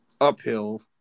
uphill